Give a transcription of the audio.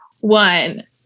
One